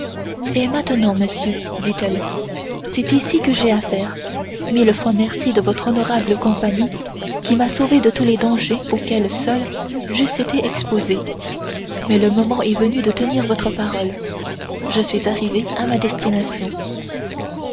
et maintenant monsieur dit-elle c'est ici que j'ai affaire mille fois merci de votre honorable compagnie qui m'a sauvée de tous les dangers auxquels seule j'eusse été exposée mais le moment est venu de tenir votre parole je suis arrivée à ma destination